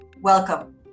Welcome